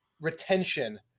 retention